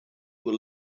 were